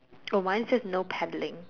oh mine says no paddling